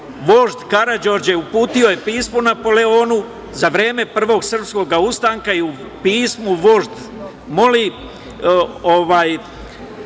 Vožd Karađorđe uputio je pismo Napoleonu za vreme Prvog srpskog ustanka i u pismu vožd moli, na